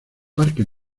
parque